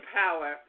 power